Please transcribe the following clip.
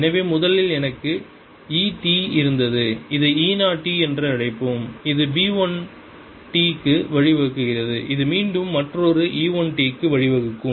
எனவே முதலில் எனக்கு E t இருந்தது இதை E 0 t என்று அழைப்போம் இது B 1 t க்கு வழிவகுக்கிறது இது மீண்டும் மற்றொரு E 1 t க்கு வழிவகுக்கும்